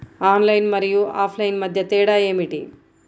Online మరియు offline మధ్య తేడా ఏమిటీ?